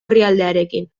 orrialdearekin